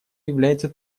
является